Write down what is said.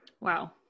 Wow